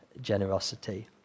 generosity